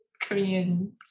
Korean